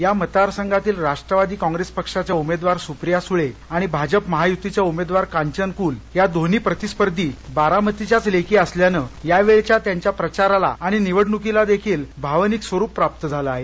या मतदार संघातील राष्ट्रवादी काँग्रेसपक्षाच्या सुप्रिया सुळे आणि भाजप महायुतीच्या कांचन कुल या दोन्ही प्रतिस्पर्धी उमेदवार बारामतीच्या लेकी असल्याने या वर्षिंच्या त्यांच्या प्रचाराला आणि निवडणुकीला देखील भावनिक स्वरुप प्राप्त झाले आहे